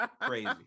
crazy